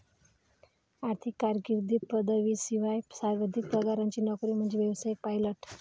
आर्थिक कारकीर्दीत पदवीशिवाय सर्वाधिक पगाराची नोकरी म्हणजे व्यावसायिक पायलट